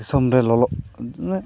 ᱫᱤᱥᱚᱢᱨᱮ ᱞᱚᱞᱚᱜ ᱢᱟᱱᱮ